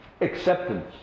acceptance